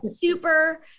super